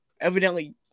evidently